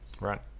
Right